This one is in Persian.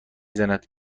زند